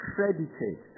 Credited